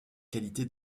qualité